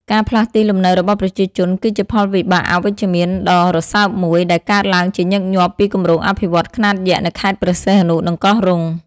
ការផ្លាស់ទីលំនៅរបស់ប្រជាជន គឺជាផលវិបាកអវិជ្ជមានដ៏រសើបមួយ ដែលកើតឡើងជាញឹកញាប់ពីគម្រោងអភិវឌ្ឍន៍ខ្នាតយក្សនៅខេត្តព្រះសីហនុ និងកោះរ៉ុង។